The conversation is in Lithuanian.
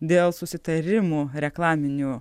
dėl susitarimų reklaminių